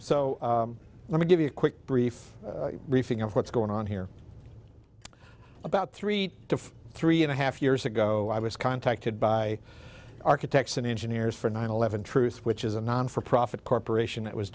so let me give you a quick brief reefing of what's going on here about three to three and a half years ago i was contacted by architects and engineers for nine eleven truth which is a non for profit corporation that was